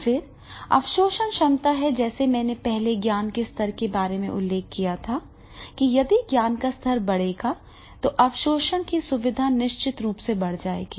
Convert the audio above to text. फिर अवशोषण क्षमता है जिसे मैंने पहले ज्ञान के स्तर के बारे में उल्लेख किया था कि यदि ज्ञान का स्तर बढ़ेगा तो अवशोषण की सुविधा निश्चित रूप से बढ़ जाएगी